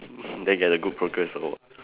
then get the good progress award